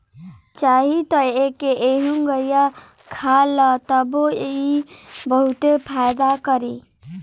चाही त एके एहुंगईया खा ल तबो इ बहुते फायदा करी